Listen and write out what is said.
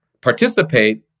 participate